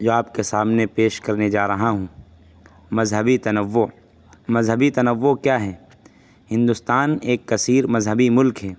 جو آپ کے سامنے پیش کرنے جا رہا ہوں مذہبی تنوع مذہبی تنوع کیا ہیں ہندوستان ایک کثیر مذہبی ملک ہے